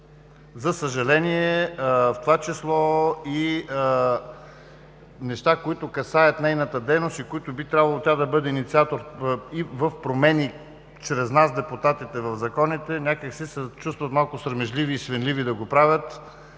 за съжаление в това число и неща, които касаят нейната дейност и които би трябвало тя да бъде инициатор да промени чрез нас. Депутатите в законите някак си се чувстваме малко срамежливи и свенливи да го правят,